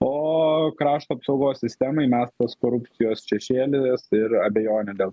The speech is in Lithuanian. o krašto apsaugos sistemai mestas korupcijos šešėlis ir abejonė dėl